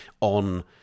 on